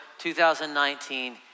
2019